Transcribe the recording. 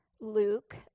Luke